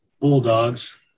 Bulldogs